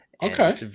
Okay